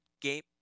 game